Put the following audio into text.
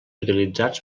utilitzats